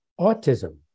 autism